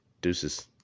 deuces